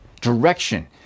direction